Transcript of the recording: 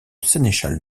sénéchal